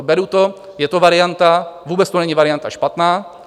Beru to, je to varianta, vůbec to není varianta špatná.